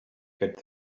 get